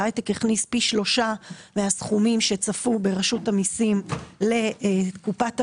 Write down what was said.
ההייטק הכניס פי שלושה מהסכומים שצפו ברשות המיסים לקופת המדינה.